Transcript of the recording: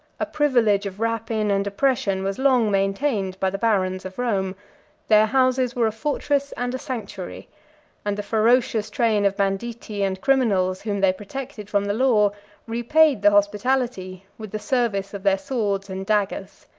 a privilege of rapine and oppression was long maintained by the barons of rome their houses were a fortress and a sanctuary and the ferocious train of banditti and criminals whom they protected from the law repaid the hospitality with the service of their swords and daggers.